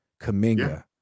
Kaminga